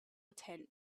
attempt